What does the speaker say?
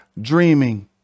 dreaming